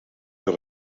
door